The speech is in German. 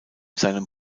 seinem